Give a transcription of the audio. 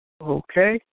Okay